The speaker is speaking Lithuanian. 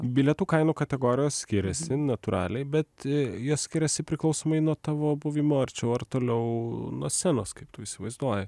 bilietų kainų kategorijos skiriasi natūraliai bet jie skiriasi priklausomai nuo tavo buvimo arčiau ar toliau nuo scenos kaip tu įsivaizduoji